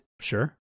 Sure